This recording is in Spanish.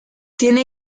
tiene